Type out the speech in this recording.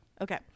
Okay